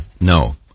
No